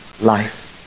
life